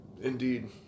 indeed